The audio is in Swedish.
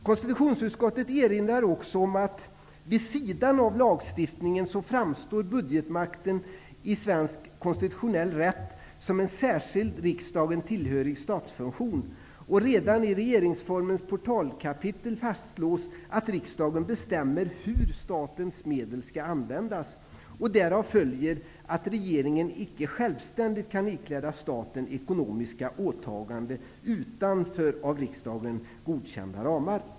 Konstitutionsutskottet erinrar också om att budgetmakten, vid sidan av lagstiftningen, i svensk konstitutionell rätt framstår som en särskild, riksdagen tillhörig statsfunktion. Redan i regeringsformens portalkapitel fastslås att riksdagen bestämmer hur statens medel skall användas. Därav följer att regeringen icke självständigt kan ikläda staten ekonomiska åtaganden utanför av riksdagen godkända ramar.